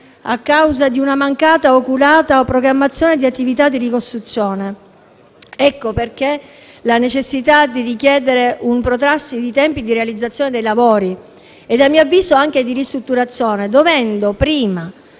a causa di una mancata oculata programmazione di attività di ricostruzione. Ecco perché vi è la necessità di richiedere una proroga dei tempi di realizzazione dei lavori (e, a mio avviso, anche di ristrutturazione) dovendosi prima